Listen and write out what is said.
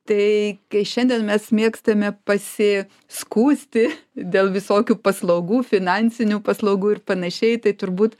tai kai šiandien mes mėgstame pasi skųsti dėl visokių paslaugų finansinių paslaugų ir panašiai tai turbūt